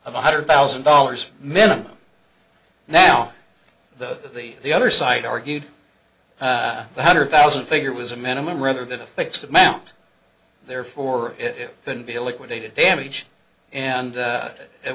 one hundred thousand dollars minimum now the the the other side argued the one hundred thousand figure was a minimum rather than a fixed amount therefore it couldn't be liquidated damage and